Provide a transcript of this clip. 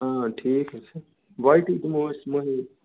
ٹھیٖک حظ چھِ باقٕے دِمو أسۍ مۅہنیٖو